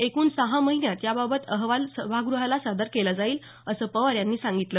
एकूण सहा महिन्यात याबाबतचा अहवाल सभागृहाला सादर केला जाईल असं पवार यांनी सांगितलं